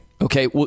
okay